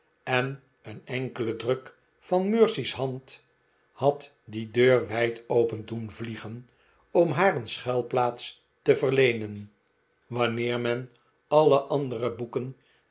en een enkele druk van mercy's hand had die deur wijd open doen vliegen om haar een schuilplaats te verleenen wanneer met alle andere boeken